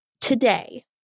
today